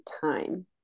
time